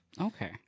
Okay